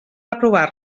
aprovar